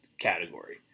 category